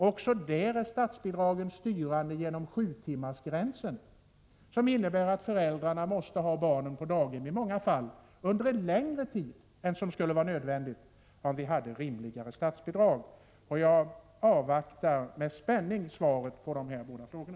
Även därvidlag är statsbidragen styrande genom sjutimmarsgränsen som innebär att föräldrarna i många fall måste ha barnen på daghem under en längre tid än vad som skulle vara nödvändigt, om det utgick rimligare statsbidrag. Jag avvaktar med spänning svaret på de här båda frågorna.